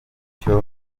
utyo